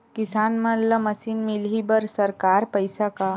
किसान मन ला मशीन मिलही बर सरकार पईसा का?